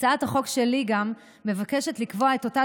הצעת החוק שלי גם מבקשת לקבוע את אותה